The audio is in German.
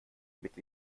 mit